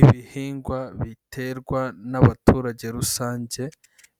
Ibihingwa biterwa n'abaturage rusange,